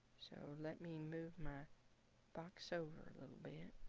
so let me move my box over a little bit.